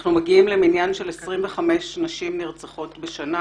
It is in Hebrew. אנחנו מגיעים למניין של 25 נשים נרצחות בשנה